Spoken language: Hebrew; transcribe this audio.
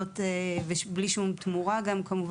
תמורה.